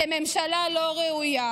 אתם ממשלה לא ראויה,